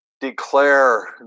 declare